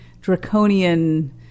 draconian